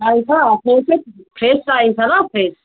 पाइन्छ फ्रेसै फ्रेस चाहिन्छ छ ल फ्रेस